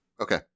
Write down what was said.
Okay